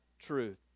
truth